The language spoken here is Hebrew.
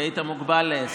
כי היית מוגבל לעשר.